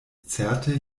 certe